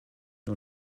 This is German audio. nun